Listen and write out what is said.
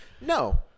No